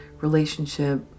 relationship